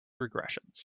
regressions